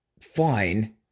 fine